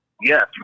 yes